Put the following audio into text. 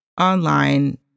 online